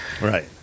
Right